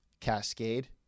Cascade